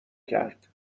کرد